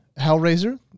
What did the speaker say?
Hellraiser